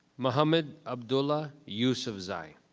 muhammad abdullah usufzai.